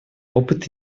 опыт